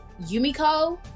Yumiko